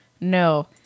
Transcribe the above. No